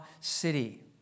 city